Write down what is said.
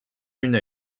une